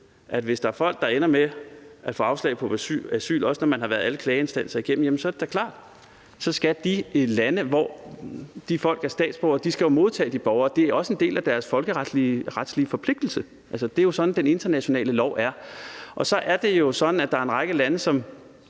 at hvis der er folk, der ender med at få afslag på asyl, også når man har været alle klageinstanser igennem, jamen så er det da klart, at så skal de lande, hvor de folk er statsborgere, modtage de borgere. Det er også en del af deres folkeretslige forpligtelse. Det er jo sådan, den internationale lov er. Og så er det jo sådan, at der er en række lande, som